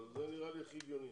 אבל זה נראה לי הכי הגיוני.